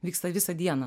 vyksta visą dieną